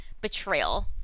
Betrayal